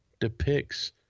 depicts